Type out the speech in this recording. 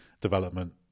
development